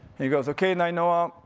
and he goes, okay, nainoa,